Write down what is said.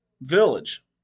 village